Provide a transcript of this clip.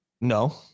No